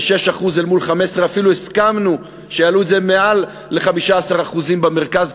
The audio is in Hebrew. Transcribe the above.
ל-6% אל מול 15%. אפילו הסכמנו שיעלו את זה מעל ל-15% במרכז,